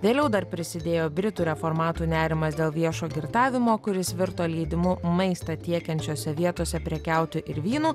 vėliau dar prisidėjo britų reformatų nerimas dėl viešo girtavimo kuris virto leidimu maistą tiekiančiose vietose prekiauti ir vynu